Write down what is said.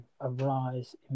arise